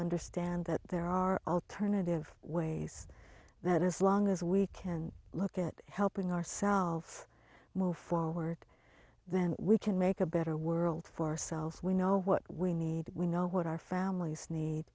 understand that there are alternative ways that as long as we can look at helping ourselves move forward then we can make a better world for ourselves we know what we need we know what our families need